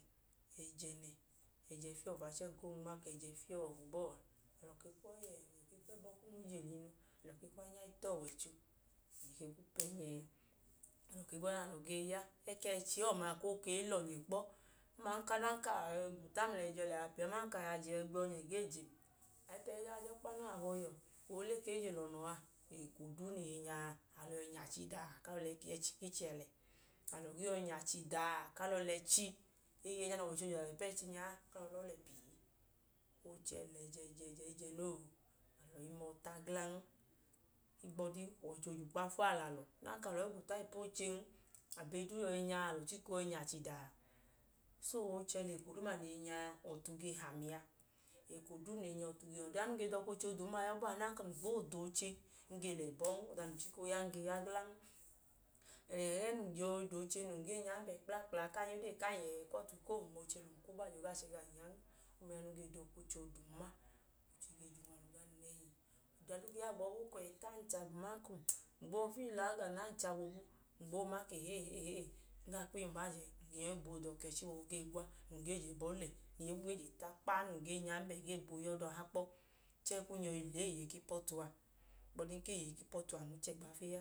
Ẹjẹ nẹ ẹjẹ fiyẹ ọfu a, chẹẹ ng koo wẹ unma. Alọ ke kwu ọọ i yẹhẹ ke kwu ẹbọ kunu i je lẹ iyinu, ke kwu ahinya i ta ọwọicho. Alọ ke kwu pẹ nyẹ. Alọ ke gbẹla ọda nẹ alọ gee ya. Ẹku ẹchi ọma koo i lọnyẹ kpọ. Adanka a yọi gwuta mla ẹjẹ liya piyoo, aman ka a yajẹ liya piyoo, ọnyẹ gee je lẹ uwọ? Ayipẹ i gaa jọkpa noo. Awọ abọhiyuwọ, oole ke i lọnọ a, alọ i nya chidaa ku alọ ke lẹ ẹchi ku ichẹ lẹ. Alọ gee yọi nya chidaa ku alọ le ẹchi eyinya eyinya nẹ ọwọicho i je lẹ alọ ipu ẹchi nya a. O ya ku alọ lọọ lẹ pii. O chẹ lẹ ẹjẹ jẹ, ẹjẹ i jẹ noo, alọ i mọ ta glan. Ohigbu ọdi, ọwọicho je ukpafu a lẹ alọ. Ọdanka a lọ i gwuta ipu ochen, abọ eyi duu yọi nya a, alọ chika ooyọ i nya chidaa. So, o chẹ lẹ eko duuma nẹ eyi ge nya a, ọtu ge he ami a. Ekoduu nẹ eyi nya a, ọtu ge he um. Ọda noo ya nẹ um ge dọka oche oodum n ma, yọ abọọ a. Ọdanka ng gboo doche, ng ge lẹ ẹbọn. Ọda num chika ooya, ng ge ya glan. Ẹẹ num yọi da ooche num gee nyanbẹ gla kpla kpla kum ya odee kam yẹhẹ ku ọtu koo hum. Oche lum kwu bajẹ, o gaa chẹ gam yan. Ọma ya nẹ um ge dọka oche oodum n ma. Oche ge je unwalu gam nẹhi. Ọda duu koo gaa gbọọ boobu, o koo wẹ ẹyita ancha, ng gboo fiili agana ancha boobu, ng gboo ma ka ehee, ehee, ng gaa kwu iyim bajẹ gẹn, ng gee dọka ẹchi oogwa num gee je ẹbọ lẹ, num gee je ta kpaa, num gee nyambẹ, num gee dọka ọha kpọ chẹẹ kum yọi lẹ eeye ku ipu ọtu a. Ohigbọdi ka eeye ku ipu ọtu a, anu chẹgba fiyẹ a.